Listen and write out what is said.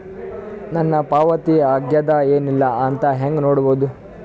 ನನ್ನ ಪಾವತಿ ಆಗ್ಯಾದ ಏನ್ ಇಲ್ಲ ಅಂತ ಹೆಂಗ ನೋಡುದು?